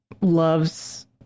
loves